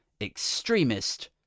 extremist